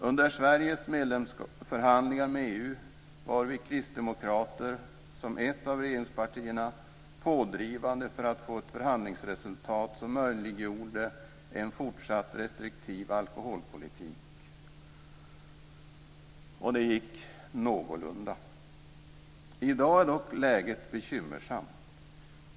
Under Sveriges medlemsförhandlingar med EU var vi kristdemokrater, som ett av regeringspartierna, pådrivande för att få ett förhandlingsresultat som möjliggjorde en fortsatt restriktiv alkoholpolitik. Det gick någorlunda. I dag är dock läget bekymmersamt.